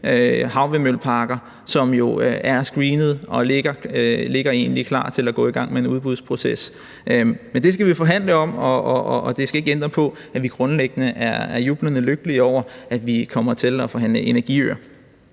havvindmølleparker, som er screenet og egentlig ligger klar til en udbudsproces. Men det skal vi forhandle om, og det skal ikke ændre på, at vi grundlæggende er jublende lykkelige over, at vi kommer til at forhandle energiøer.